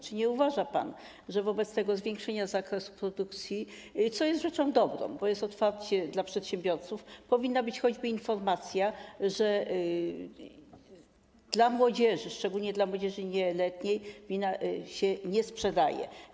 Czy nie uważa pan, że wobec zwiększenia zakresu produkcji, co jest rzeczą dobrą, bo jest otwarcie dla przedsiębiorców, powinna być choćby informacja, że młodzieży, szczególnie młodzieży niepełnoletniej, wina się nie sprzedaje?